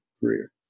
career